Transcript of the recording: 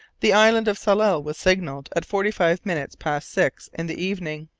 the island of tsalal was signalled at forty-five minutes past six in the evening.